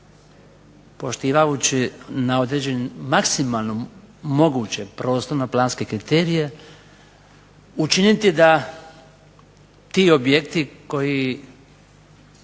poštivajući na određeni maksimalno moguće prostorno planske kriterije učiniti da ti objekti koji